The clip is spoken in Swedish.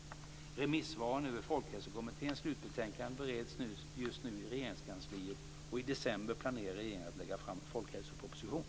Remissvaren över Folkhälsokommitténs slutbetänkande bereds just nu i Regeringskansliet, och i december planerar regeringen att lägga fram en folkhälsoproposition.